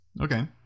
Okay